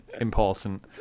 important